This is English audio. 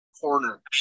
corner